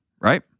right